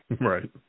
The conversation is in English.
Right